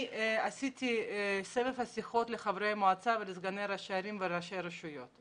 עשיתי סבב שיחות לחברי מועצה ולסגני ראשי ערים וראשי רשויות.